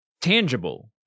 tangible